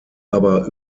aber